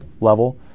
level